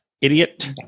idiot